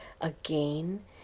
again